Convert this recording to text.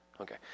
Okay